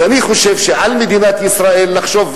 אז אני חושב שעל מדינת ישראל לחשוב,